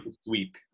sweep